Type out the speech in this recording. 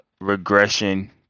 regression